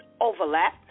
overlap